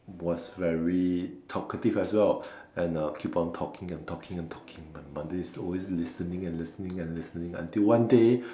was very talkative as well and uh keep on talking and talking and talking my mother is always listening and listening and listening until one day